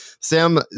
Sam